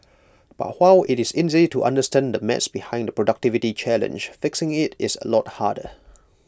but while IT is easy to understand the maths behind the productivity challenge fixing IT is A lot harder